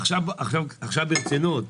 עכשיו ברצינות.